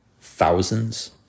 Thousands